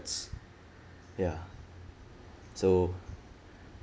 it's ya so